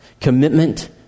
commitment